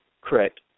Correct